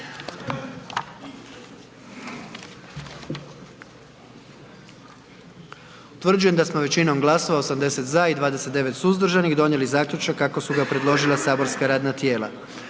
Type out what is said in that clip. Utvrđujem da je većinom glasova, 95 za i 3 protiv donijet zaključak kako ga je preložilo matično saborsko radno tijelo.